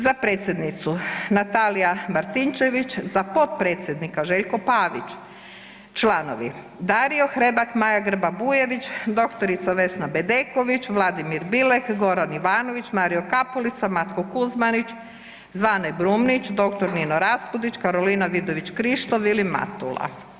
Za predsjednicu Natalija Martinčević, za potpredsjednika Željko Pavić, za članove: Dario Hrebak, Maja Grba Bujević, dr. Vesna Bedeković, Vladimir Bilek, Goran Ivanović, Mario Kapulica, Matko Kuzmanić, Zvane Brumnić, dr. Nino Raspudić, Karolina Vidović Krišto i Vilim Matula.